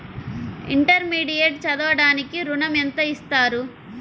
Intermediate చదవడానికి ఋణం ఎంత ఇస్తారు?